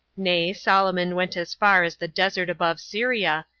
nay, solomon went as far as the desert above syria,